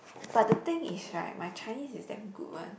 but the thing is right my Chinese is damn good one